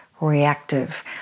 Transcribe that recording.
reactive